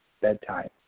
bedtime